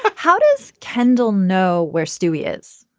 how does kendall know where stewie is.